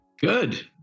good